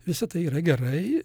visa tai yra gerai